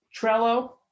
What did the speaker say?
Trello